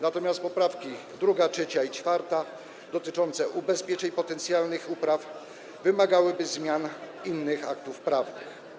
Natomiast poprawki 2., 3. i 4. dotyczące ubezpieczeń potencjalnych upraw, wymagałyby zmian innych aktów prawnych.